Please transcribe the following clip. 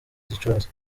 gicurasi